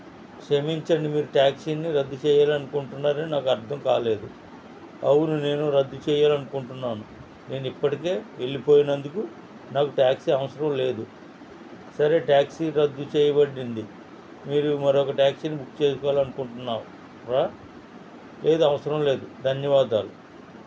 క్షమించండి మీరు టాక్సీని రద్దు చెయ్యాలనుకుంటున్నారు అని నాకు అర్థం కాలేదు అవును నేను రద్దు చెయ్యాలని అనుకుంటున్నాను నేను ఇప్పటికే వెళ్ళిపోయినందుకు నాకు టాక్సీ అవసరం లేదు సరే టాక్సీ రద్దు చేయబడింది మీరు మరొక టాక్సీని బుక్ చేసుకోవాలని నుకుంటున్నావు రా లేదు అవసరం లేదు ధన్యవాదములు